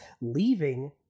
leaving